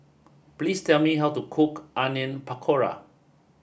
please tell me how to cook Onion Pakora